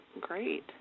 Great